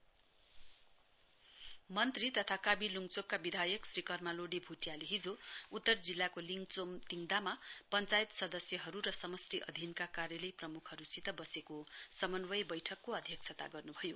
कर्म लोडे भोटिया मिटिङ मन्त्री तथा कावी लुङचोकका विधायक श्री कर्मा लोडे भुटियाले हिजो उत्तर जिल्लाको लिङचोम तिङदामा पञ्चायत सदस्यहरू र समष्टि अधीनका कार्यालय प्रमुखहरूसित बसेको समन्वय बैठकको अध्यक्षता गर्नुभयो